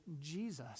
Jesus